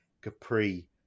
Capri